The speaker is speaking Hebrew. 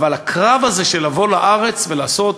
אבל הקרב הזה של לבוא לארץ ולעשות,